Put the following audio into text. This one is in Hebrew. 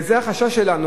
וזה החשש שלנו,